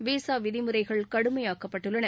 visa விதிமுறைகள் கடுமையாக்கப்பட்டுள்ளன